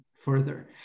Further